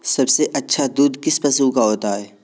सबसे अच्छा दूध किस पशु का होता है?